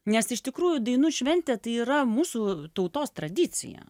nes iš tikrųjų dainų šventė tai yra mūsų tautos tradicija